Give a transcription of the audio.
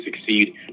succeed